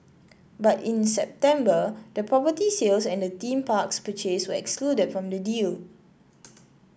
but in September the property sales and the theme parks purchase were excluded from the deal